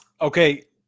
Okay